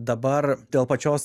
dabar dėl pačios